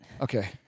Okay